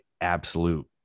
absolute